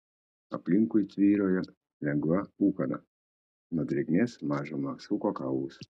aplinkui tvyrojo lengva ūkana nuo drėgmės mažumą suko kaulus